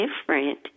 different